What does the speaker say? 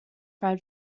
fred